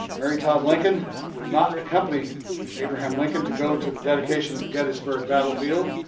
mary todd lincoln would not accompany abraham lincoln to go to the dedication of the gettysburg battlefield,